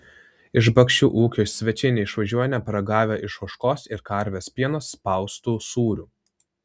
iš bakšių ūkio svečiai neišvažiuoja neparagavę iš ožkos ir karvės pieno spaustų sūrių